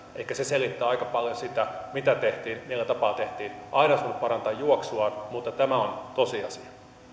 ehkä se selittää aika paljon sitä mitä tehtiin ja millä tapaa tehtiin aina olisi voinut parantaa juoksuaan mutta tämä on tosiasia